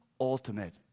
ultimate